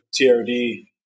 TRD